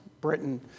Britain